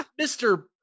Mr